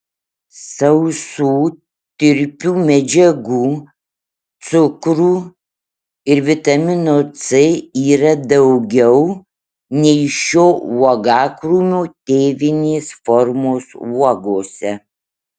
sausų tirpių medžiagų cukrų ir vitamino c yra daugiau nei šio uogakrūmio tėvinės formos uogose